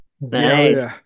Nice